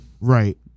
Right